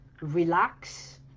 relax